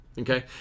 okay